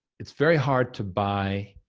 it's very hard to buy